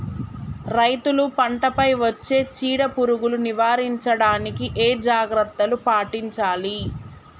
రైతులు పంట పై వచ్చే చీడ పురుగులు నివారించడానికి ఏ జాగ్రత్తలు పాటించాలి?